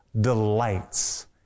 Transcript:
delights